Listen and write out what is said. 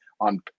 on